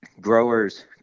growers